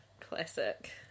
Classic